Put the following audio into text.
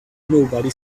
nobody